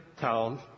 town